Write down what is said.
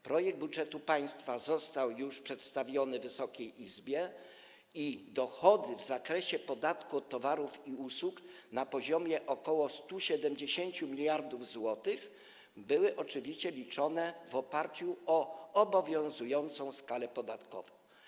Projekt budżetu państwa został już przedstawiony Wysokiej Izbie i dochody w zakresie podatku od towarów i usług na poziomie ok. 170 mld zł były oczywiście liczone w oparciu o obowiązującą skalę podatkową.